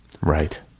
Right